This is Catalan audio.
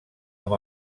amb